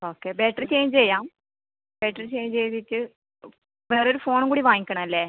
okay battery change ചെയ്യാം battery change ചെയ്തിട്ട് വേറെ ഒരു ഫോണും കൂടി വാങ്ങിക്കണം അല്ലേ